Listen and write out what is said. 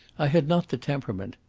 i had not the temperament.